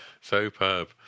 Superb